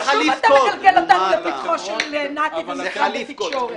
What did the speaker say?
אז שוב אתה מגלגל אותנו לפתחו של נתי ומשרד התקשורת.